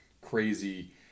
crazy